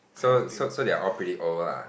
so so so they are all pretty old lah